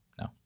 No